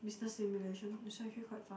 business stimulation is actually quite fun